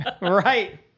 Right